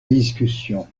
discussion